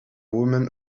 woman